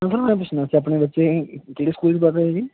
ਮੈਂ ਤੁਹਾਨੂੰ ਇਹ ਪੁੱਛਣਾ ਸੀ ਆਪਣੇ ਬੱਚੇ ਕਿਹੜੇ ਸਕੂਲ 'ਚ ਪੜ ਰਹੇ ਜੀ